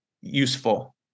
useful